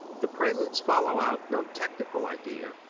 the preludes follow out no technical idea,